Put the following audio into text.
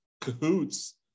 cahoots